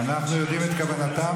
אנחנו יודעים את כוונתם.